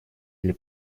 или